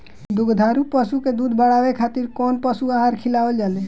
दुग्धारू पशु के दुध बढ़ावे खातिर कौन पशु आहार खिलावल जाले?